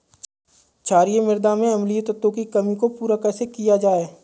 क्षारीए मृदा में अम्लीय तत्वों की कमी को पूरा कैसे किया जाए?